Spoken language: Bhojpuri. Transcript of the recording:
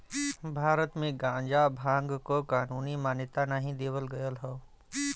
भारत में गांजा भांग क कानूनी मान्यता नाही देवल गयल हौ